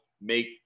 make